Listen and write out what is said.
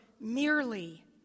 merely